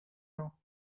now